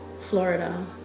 Florida